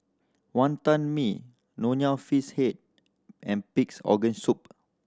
Wonton Mee Nonya Fish Head and Pig's Organ Soup